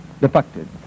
defected